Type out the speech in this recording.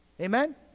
Amen